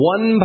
One